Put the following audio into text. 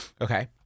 Okay